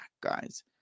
guys